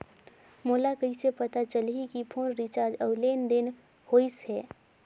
मोला कइसे पता चलही की फोन रिचार्ज और लेनदेन होइस हे?